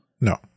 No